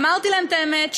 אמרתי להם את האמת,